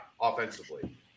offensively